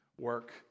work